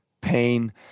pain